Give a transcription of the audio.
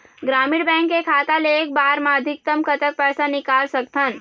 ग्रामीण बैंक के खाता ले एक बार मा अधिकतम कतक पैसा निकाल सकथन?